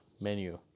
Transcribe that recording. menu